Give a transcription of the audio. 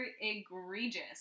egregious